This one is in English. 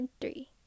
three